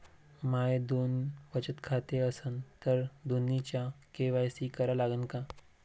माये दोन बचत खाते असन तर दोन्हीचा के.वाय.सी करा लागन का?